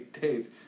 days